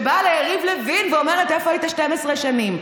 שבאה ליריב לוין ואומרת: איפה היית 12 שנים?